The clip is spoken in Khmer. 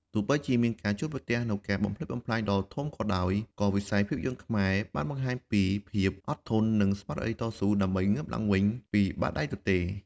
ទោះបីជាបានជួបប្រទះនូវការបំផ្លិចបំផ្លាញដ៏ធំក៏ដោយ ក៏វិស័យភាពយន្តខ្មែរបានបង្ហាញពី ភាពអត់ធន និងស្មារតីតស៊ូ ដើម្បីងើបឡើងវិញពីបាតដៃទទេ។